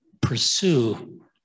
pursue